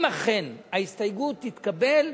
אם אכן ההסתייגות תתקבל,